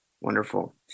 Wonderful